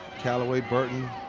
calway, burton,